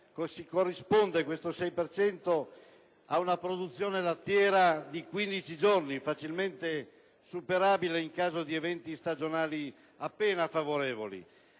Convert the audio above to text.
6 per cento equivale ad una produzione lattiera di 15 giorni, facilmente superabile in caso di eventi stagionali appena favorevoli.